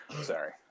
Sorry